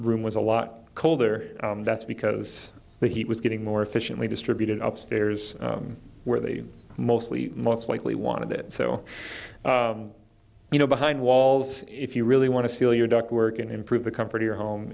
room was a lot colder that's because the heat was getting more efficiently distributed up stairs where they mostly most likely wanted it so you know behind walls if you really want to steal your ductwork and improve the comfort of your home